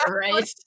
right